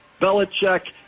Belichick